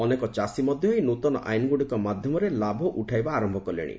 ଅନେକ ଚାଷୀ ମଧ୍ୟ ଏହି ନୃତନ ଆଇନଗୁଡ଼ିକ ମାଧ୍ୟମରେ ଲାଭ ଉଠାଇବା ଆରମ୍ଭ କଲେଣି